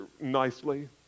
nicely